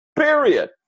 Period